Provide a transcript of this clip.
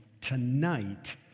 tonight